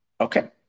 Okay